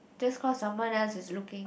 just cause someone else is looking